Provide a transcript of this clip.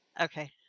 okay